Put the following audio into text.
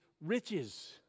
riches